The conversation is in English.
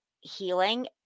healing